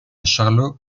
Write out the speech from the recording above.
charlot